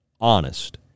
honest